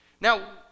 Now